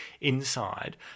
inside